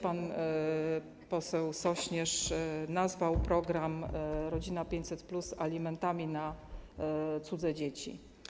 Pan poseł Sośnierz nazwał program „Rodzina 500+” alimentami na cudze dzieci.